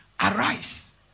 arise